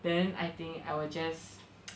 then I think I will just